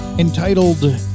Entitled